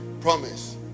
promise